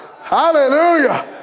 Hallelujah